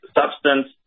substance